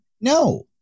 No